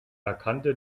erkannte